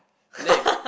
late